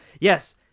Yes